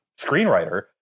screenwriter